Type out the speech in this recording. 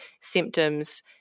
symptoms